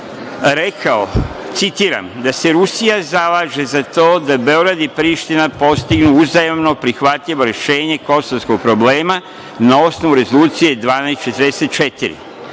rekao, citiram – da se Rusija zalaže za to da Beograd i Priština postignu uzajamno prihvatljivo rešenje kosovskog problema na osnovu Rezolucije 1244.